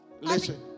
Listen